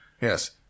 Yes